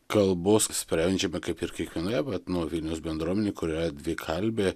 kalbos sprendžiame kaip ir kiekvienoje vat nu vilniaus bendruomenėj kur yra dvikalbė